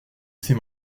ses